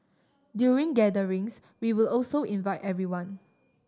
during gatherings we would also invite everyone